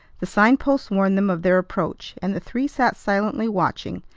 the sign-posts warned them of their approach and the three sat silently watching,